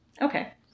Okay